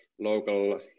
local